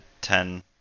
ten